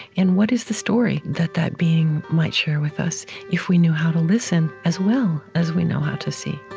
and what is the story that that being might share with us if we know how to listen as well as we know how to see?